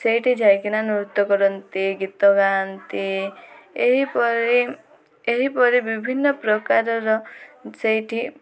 ସେଇଠି ଯାଇକିନା ନୃତ୍ୟ କରନ୍ତି ଗୀତ ଗାଆନ୍ତି ଏହିପରି ଏହିପରି ବିଭିନ୍ନ ପ୍ରକାରର ସେଇଠି